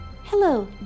Hello